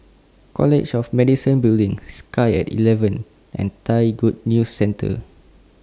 College of Medicine Building Sky At eleven and Thai Good News Centre